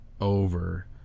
over